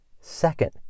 Second